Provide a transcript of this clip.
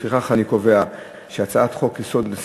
לפיכך אני קובע שהצעת חוק-יסוד: נשיא